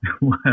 Wow